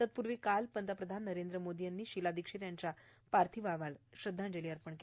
तत्पूर्वी काल पंतप्रधान नरेंद्र मोदी यांनी शीला दिक्षित यांच्या पार्थिवाला श्रध्दांजली अर्पण केली